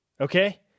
okay